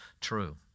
true